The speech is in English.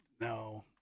no